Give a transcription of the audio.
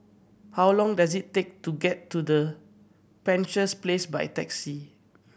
how long does it take to get to the Penshurst Place by taxi